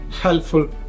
helpful